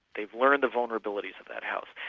they've learned the vulnerabilities of that house.